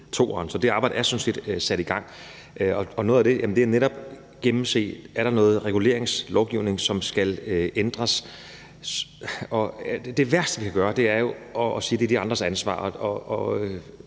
toeren. Så det arbejde er sådan set sat i gang. Og noget af det er netop at se på: Er der noget reguleringslovgivning, som skal ændres? Det værste, vi kan gøre, er jo at sige: Det er de andres ansvar.